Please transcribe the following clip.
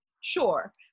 Sure